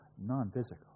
non-physical